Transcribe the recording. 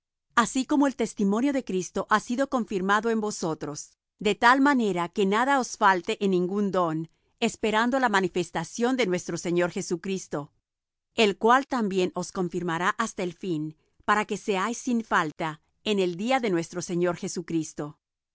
así como el testimonio de cristo ha sido confirmado en vosotros de tal manera que nada os falte en ningún don esperando la manifestación de nuestro señor jesucristo el cual también os confirmará hasta el fin para que seáis sin falta en el día de nuestro señor jesucristo